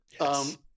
Yes